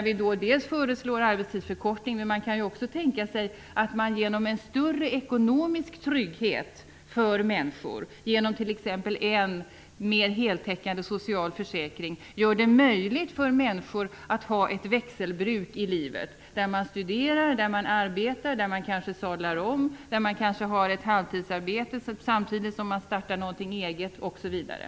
Vi föreslår arbetstidsförkortning, men man kan också tänka sig att man genom en större ekonomisk trygghet, genom t.ex. en mer heltäckande social försäkring, gör det möjligt för människor att ha ett växelbruk i livet. Man studerar, man arbetar, man kanske sadlar om, man kanske har ett halvtidsarbete samtidigt som man startar någonting eget osv.